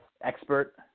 expert